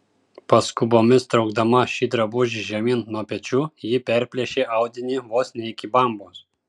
paskubomis traukdama šį drabužį žemyn nuo pečių ji perplėšė audinį vos ne iki bambos